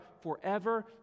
forever